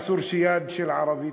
שם אסור שתהיה יד של ערבי,